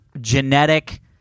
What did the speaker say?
genetic